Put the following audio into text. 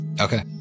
Okay